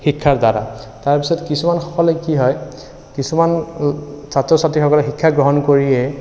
শিক্ষাৰ দ্বাৰা তাৰপাছত কিছুমানসকলে কি হয় কিছুমান ছাত্ৰ ছাত্ৰীসকলে শিক্ষা গ্ৰহণ কৰিয়েই